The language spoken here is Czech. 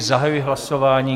Zahajuji hlasování.